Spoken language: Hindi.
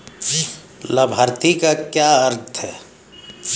लाभार्थी का क्या अर्थ है?